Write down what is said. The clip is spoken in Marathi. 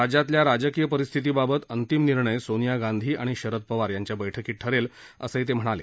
राज्यातल्या राजकीय परिस्थितीबाबत अंतिम निर्णय सोनिया गांधी आणि शरद पवार यांच्या बैठकीत ठरेल असंही ते म्हणाले